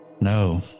No